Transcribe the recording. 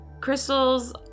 crystals